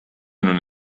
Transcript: non